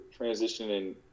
transitioning